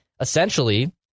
essentially